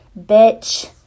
bitch